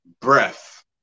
Breath